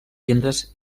llindes